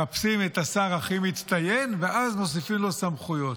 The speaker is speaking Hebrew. מחפשים את השר הכי מצטיין ואז מוסיפים לו סמכויות.